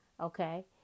okay